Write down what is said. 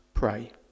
pray